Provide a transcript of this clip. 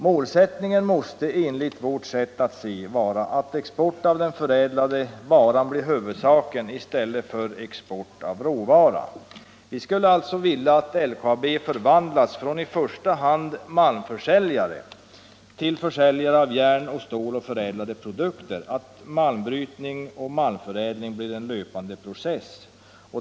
Målsättningen måste enligt vårt sätt att se vara att export av den förädlade varan blir huvudsaken i stället för export av råvara. Vi skulle alltså önska att LKAB förvandlades från i första hand malmförsäljare till försäljare av järn, stål och förädlade produkter, att malmbrytning och malmförädling blev en löpande process.